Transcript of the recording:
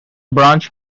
branch